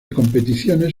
competiciones